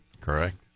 Correct